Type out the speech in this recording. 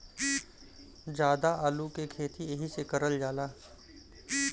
जादा आलू के खेती एहि से करल जाला